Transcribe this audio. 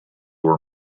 were